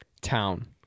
town